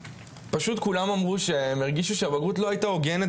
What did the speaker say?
כולם אמרו שהם הרגישו שהבגרות לא הייתה הוגנת